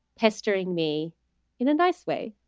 pestering me in a nice way